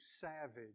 savage